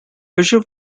fischer